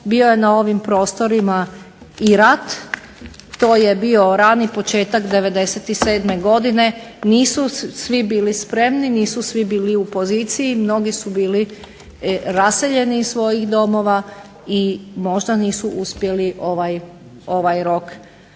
bio je u ovim prostorima i rat, to je bio rani početak 97. godine nisu svi bili spremni, nisu svi bili u poziciji, mnogi su bili raseljeni iz svojih domova i možda nisu uspjeli ovaj rok ispuniti.